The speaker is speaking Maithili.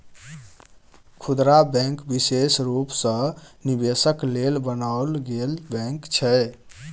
खुदरा बैंक विशेष रूप सँ निवेशक लेल बनाओल गेल बैंक छै